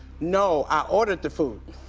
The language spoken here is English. no, i ordered the food.